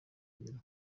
ngo